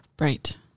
Right